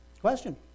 question